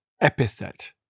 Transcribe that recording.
Epithet